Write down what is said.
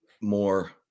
more